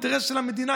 אינטרס של המדינה,